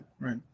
Right